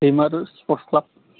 Daimalu sports club